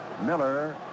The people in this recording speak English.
Miller